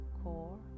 core